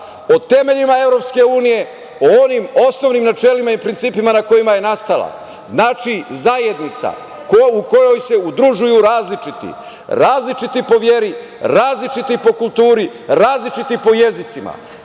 o temeljima EU, o onim osnovnim načelima i principima na kojima je nastala. Znači, zajednica u kojoj se udružuju različiti, različiti po veri, različiti po kulturi, različiti po jezicima,